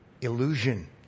illusion